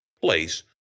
place